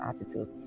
attitude